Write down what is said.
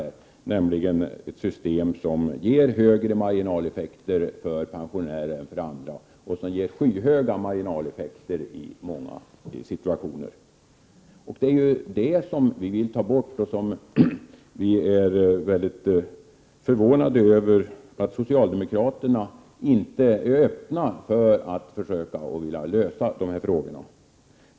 Det gäller alltså ett system som ger större marginaleffekter för pensionärer än för andra och som ger mycket stora marginaleffekter i många situationer. Det är ju det systemet som vi vill ta bort, och vi är mycket förvånade över att socialdemokraterna inte är öppna för att hitta en lösning i dessa frågor.